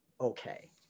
okay